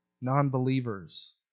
Non-believers